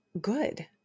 good